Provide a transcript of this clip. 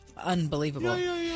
Unbelievable